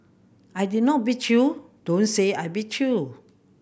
I did not beat you don't say I beat you